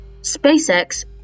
SpaceX